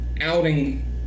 outing